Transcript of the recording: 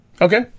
Okay